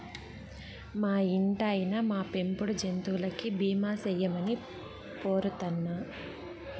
మా ఇంటాయినా, మా పెంపుడు జంతువులకి బీమా సేయమని పోరతన్నా